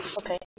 Okay